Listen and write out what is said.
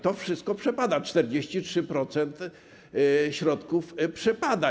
To wszystko przepada, 43% środków przepada.